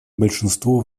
большинство